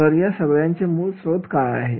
तर या सगळ्यांचे मूळ स्रोत काय आहेत